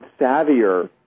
savvier